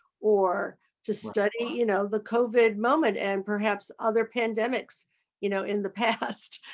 or to study you know the covid moment and perhaps other pandemics you know in the past.